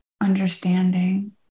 understanding